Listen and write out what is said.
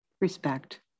respect